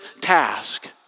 task